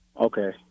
Okay